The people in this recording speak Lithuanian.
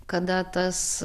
kada tas